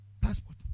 passport